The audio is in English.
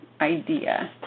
idea